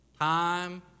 Time